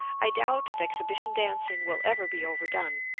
i doubt if exhibition dancing will ever be overdone.